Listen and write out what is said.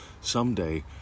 Someday